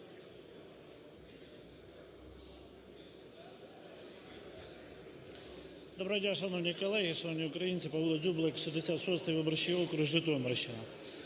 Доброго дня, шановні колеги, шановні українці! Павло Дзюблик, 66 виборчий округ, Житомирщина.